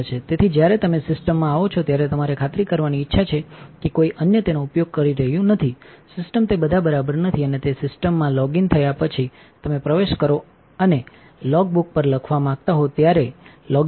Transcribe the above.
તેથી જ્યારે તમે સિસ્ટમમાં આવો છો ત્યારે તમારે ખાતરી કરવાની ઇચ્છા છે કે કોઈ અન્ય તેનો ઉપયોગ કરી રહ્યુંનથીસિસ્ટમતે બધા બરાબર નથી અને તમે સિસ્ટમમાં લ intoગ ઇન થયા પછી તમે પ્રવેશ કરો અને લ loginગબુક પર લખવા માંગતા હો ત્યારે લ loginગ ઇન કરો